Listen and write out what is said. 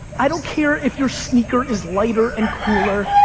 i don't care if your sneaker is lighter and cooler,